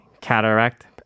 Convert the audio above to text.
cataract